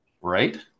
Right